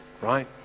right